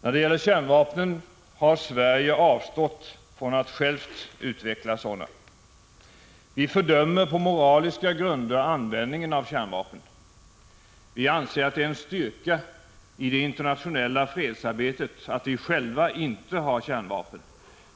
När det gäller kärnvapen har Sverige avstått från att självt utveckla sådana. Vi fördömer på moraliska grunder användningen av kärnvapen. Vi anser att det är en styrka i det internationella fredsarbetet att vi själva inte har kärnvapen,